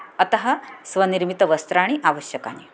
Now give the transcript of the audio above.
अतः स्वनिर्मितवस्त्राणि आवश्यकानि